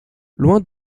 loin